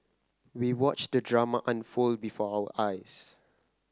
we watched the drama unfold before our eyes